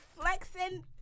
flexing